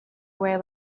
away